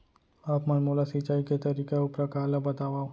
आप मन मोला सिंचाई के तरीका अऊ प्रकार ल बतावव?